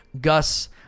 Gus